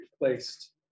replaced